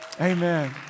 Amen